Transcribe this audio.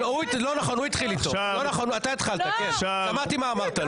לא נכון, טור פז התחיל איתו, שמעתי מה הוא אמר.